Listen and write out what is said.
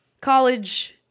college